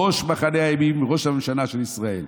ראש מחנה הימין וראש הממשלה של ישראל.